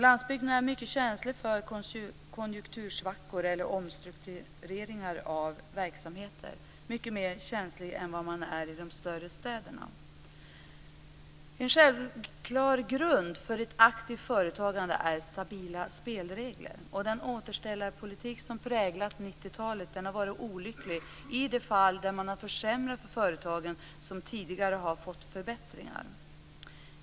Landsbygden är mycket känslig för konjunktursvackor eller omstruktureringar av verksamheter, mycket mer känslig än de större städerna. En självklar grund för ett aktivt företagande är stabila spelregler. Den återställarpolitik som präglat 1990-talet har varit olycklig i de fall där man har försämrat för företag som tidigare har fått förbättringar.